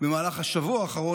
במהלך השבוע האחרון,